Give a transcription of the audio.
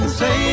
say